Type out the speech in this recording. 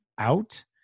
Out